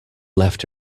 left